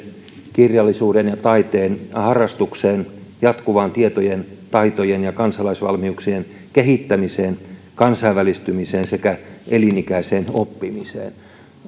kirjallisuuden ja taiteen harrastukseen jatkuvaan tietojen taitojen ja kansalaisvalmiuksien kehittämiseen kansainvälistymiseen sekä elinikäiseen oppimiseen